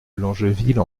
longeville